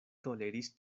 toleris